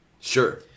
Sure